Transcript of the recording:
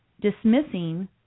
dismissing